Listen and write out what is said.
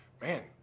man